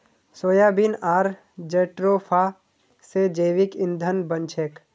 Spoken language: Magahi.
सोयाबीन आर जेट्रोफा स जैविक ईंधन बन छेक